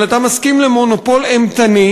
אבל אתה מסכים למונופול אימתני,